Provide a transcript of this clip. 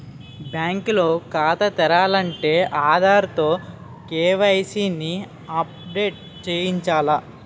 bank లో ఖాతా తెరాలంటే ఆధార్ తో కే.వై.సి ని అప్ డేట్ చేయించాల